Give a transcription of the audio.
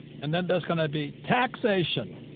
and then there's going to be taxation.